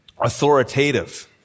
authoritative